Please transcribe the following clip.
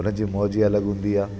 हुन जी मौज ई अलॻि हूंदी आहे